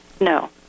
No